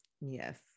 Yes